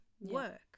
work